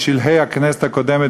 בשלהי הכנסת הקודמת,